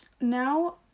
Now